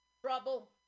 trouble